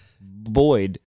Boyd